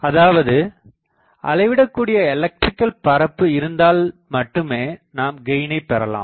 அதாவது அளவிடக்கூடிய எலக்ட்ரிக்கல்பரப்பு இருந்தால்மட்டுமே நாம் கெயினை பெறலாம்